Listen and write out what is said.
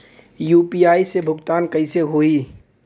UPI से भुगतान कइसे होहीं?